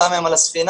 כמה מהם על הספינה,